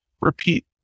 repeat